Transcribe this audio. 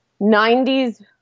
90s